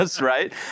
right